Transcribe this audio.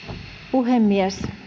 puhemies